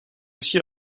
aussi